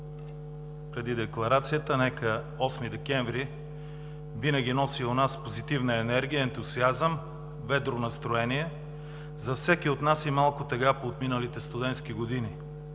Преди декларацията – нека 8 декември винаги да носи у нас позитивна енергия, ентусиазъм, ведро настроение, за всеки от нас и малко тъга по отминалите студентски години.